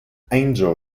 angel